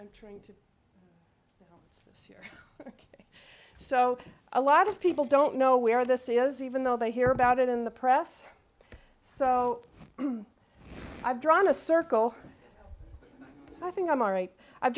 i'm trying to so a lot of people don't know where this is even though they hear about it in the press so i've drawn a circle i think i'm all right i've